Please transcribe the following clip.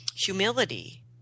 humility